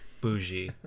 bougie